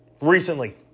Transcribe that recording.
recently